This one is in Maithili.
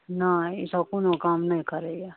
नहि ई सब कोनो काम नहि करैया